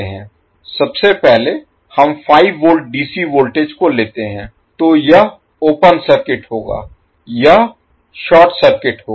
सबसे पहले हम 5 V dc वोल्टेज को लेते हैं तो यह ओपन सर्किट होगा यह शॉर्ट सर्किट होगा